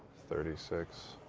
thirty six,